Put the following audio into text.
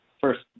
first